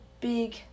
big